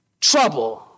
trouble